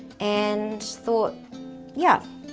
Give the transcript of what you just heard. and thought yeah,